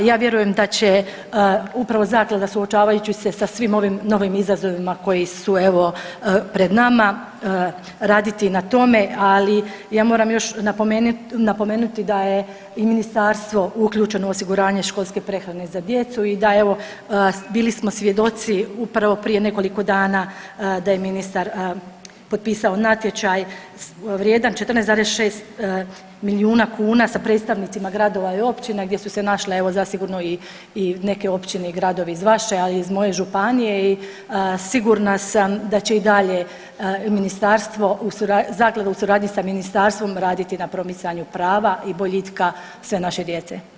Pa ja vjerujem da će upravo zaklada suočavajući se sa svim ovim novim izazovima koji su evo pred nama raditi na tome, ali ja moram još napomenuti da je i ministarstvo uključeno u osiguranje školske prehrane za djece i da evo bili smo svjedoci upravo prije nekoliko dana da je ministar potpisao natječaj vrijedan 14,6 milijuna kuna sa predstavnicima gradova i općina gdje su se našle evo zasigurno i neke općine i gradovi iz vaše, ali i iz moje županije i sigurna sam da će i dalje zaklada u suradnji sa ministarstvom raditi na promicanju prava i boljitka sve naše djece.